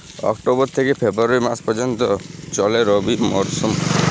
October থেকে February মাস পর্যন্ত চলে রবি মরসুম